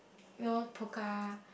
you know Pokka